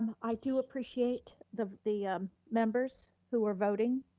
i do appreciate the the members who are voting.